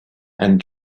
and